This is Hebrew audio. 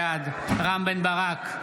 בעד רם בן ברק,